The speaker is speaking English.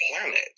planet